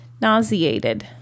nauseated